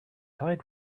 tide